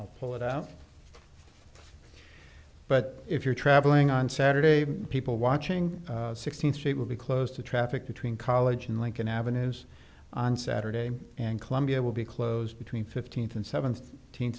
i'll pull it out but if you're traveling on saturday people watching sixteenth street will be closed to traffic between college and lincoln avenues on saturday and columbia will be closed between fifteenth and seven